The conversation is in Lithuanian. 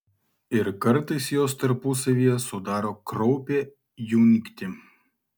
ir kartais jos tarpusavyje sudaro kraupią jungtį